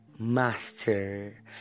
Master